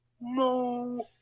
No